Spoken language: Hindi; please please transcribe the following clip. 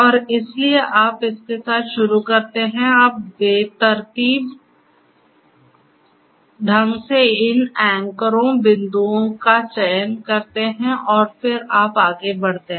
और इसलिए आप इसके साथ शुरू करते हैं आप बेतरतीब ढंग से इन एंकरों बिंदुओं का चयन करते हैं और फिर आप आगे बढ़ते हैं